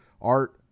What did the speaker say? art